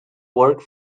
worked